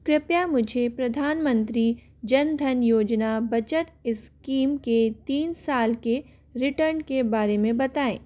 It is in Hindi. कृपया मुझे प्रधानमंत्री जन धन योजना बचत इस्कीम के तीन साल के रिटर्न के बारे में बताएँ